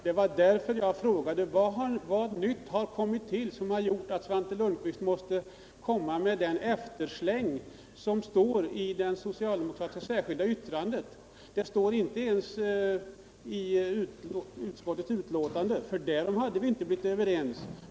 Det var därför jag frågade vad nytt som kommit till och som gjort att Svante Lundkvist måste lägga till den eftersläng som ingår i det socialdemokratiska särskilda yttrandet. Den står inte i utskottets betänkande, för därom hade vi inte blivit överens.